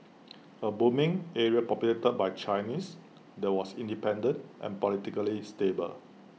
A booming area populated by Chinese that was independent and politically stable